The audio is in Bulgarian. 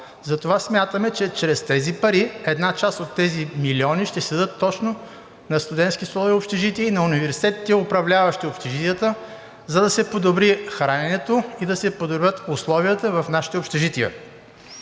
Затова смятаме, че чрез тези пари една част от тези милиони ще се дадат точно на „Студентски столове и общежития“ и на университетите, управляващи общежитията, за да се подобри храненето и да се подобрят условията в нашите общежития.